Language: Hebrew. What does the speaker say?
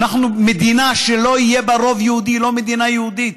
מדינה שלא יהיה בה רוב יהודי היא לא מדינה יהודית.